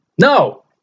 No